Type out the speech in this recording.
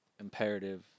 imperative